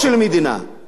למה קמה מדינה?